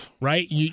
right